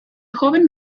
joven